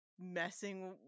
messing